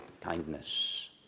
kindness